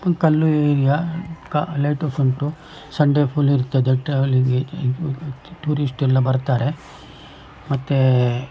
full ಕಲ್ಲು area ಕ light house ಉಂಟು ಸಂಡೆ ಫುಲ್ ಇರ್ತದೆ ಟ್ರಾವೆಲಿಂಗ್ ಏರಿಯ ಇರ್ಬೋದು ಟೂರಿಸ್ಟ್ ಎಲ್ಲ ಬರ್ತಾರೆ ಮತ್ತೇ